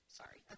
sorry